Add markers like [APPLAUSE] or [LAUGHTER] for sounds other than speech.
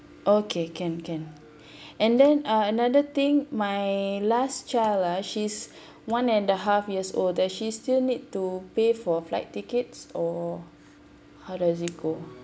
okay can can [BREATH] and then uh another thing my last child ah she's [BREATH] one and a half years old then she still need to pay for flight tickets or how does it go